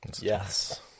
Yes